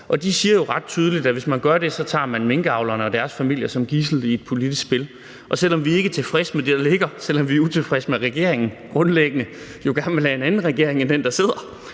de siger jo ret tydeligt, at hvis man gør det, tager man minkavlerne og deres familier som gidsel i et politisk spil. Selv om vi ikke er tilfredse med det, der ligger, og selv om vi er utilfredse med regeringen og grundlæggende jo gerne vil have en anden regering end den, der sidder